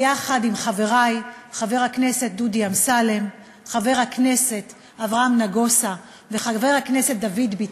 ביחד עם חברי חבר הכנסת דודי אמסלם,